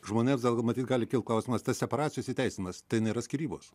žmonėms pamatyti gali kilti klausimas tas separacijos įteisinimas tai nėra skyrybos